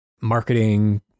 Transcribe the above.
marketing